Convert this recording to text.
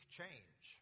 change